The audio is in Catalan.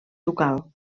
ducal